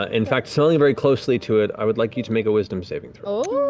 ah in fact, smelling very closely to it, i would like you to make a wisdom saving throw.